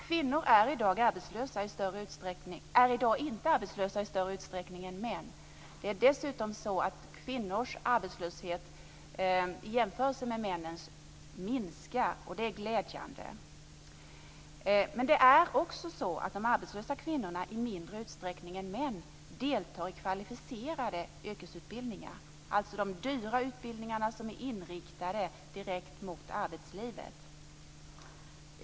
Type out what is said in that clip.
Kvinnor är i dag inte arbetslösa i större utsträckning än män. Snarare är det så att kvinnors arbetslöshet minskar i jämförelse med männens, och det är glädjande. Men de arbetslösa kvinnorna deltar i mindre utsträckning än män i kvalificerade yrkesutbildningar, alltså de dyra utbildningarna som är inriktade direkt mot arbetslivet.